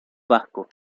vasco